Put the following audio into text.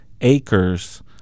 acres